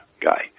guy